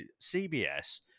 CBS